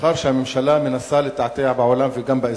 ומאחר שהממשלה מנסה לתעתע בעולם וגם באזרחים,